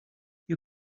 you